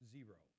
Zero